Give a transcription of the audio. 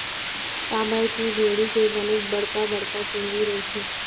काबर की भेड़ी के बनेच बड़का बड़का चुंदी रहिथे